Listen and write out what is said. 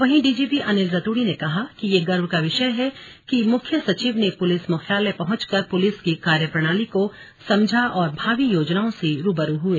वहीं डीजीपी अनिल रतूड़ी ने कहा की ये गर्व का विषय है की मुख्य सचिव ने पुलिस मुख्यालय पहुंचकर पुलिस की कार्यप्रणाली को समझा और भावी योजनाओं से रूबरू हुए